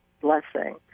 blessing